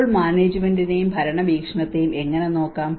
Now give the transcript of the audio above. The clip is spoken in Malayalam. അപ്പോൾ മാനേജ്മെന്റിനെയും ഭരണവീക്ഷണത്തെയും എങ്ങനെ നോക്കാം